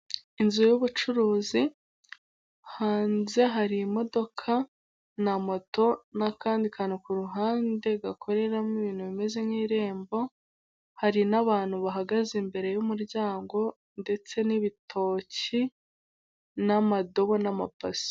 Inzu y'ubucuruzi hanze hari imodoka na moto n'akandi kantu ku ruhande gakoreramo ibintu bimeze nk'irembo hari n'abantu bahagaze imbere y'umuryango ndetse n'ibitoki n'amadobo n'amabasi.